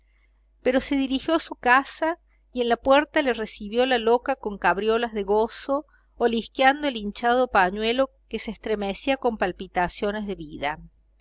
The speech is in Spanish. pero se dirigió a su casa y en la puerta le recibió la loca con cabriolas de gozo olisqueando el hinchado pañuelo que se estremecía con palpitaciones de vida